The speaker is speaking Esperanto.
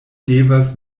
devas